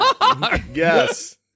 Yes